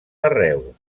arreu